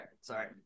Sorry